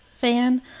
fan